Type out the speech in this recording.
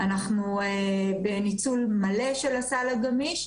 אנחנו בניצול מלא של הסל הגמיש.